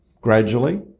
gradually